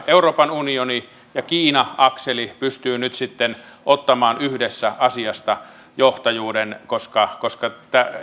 euroopan unioni kiina akseli pystyy nyt sitten ottamaan yhdessä asiasta johtajuuden koska koska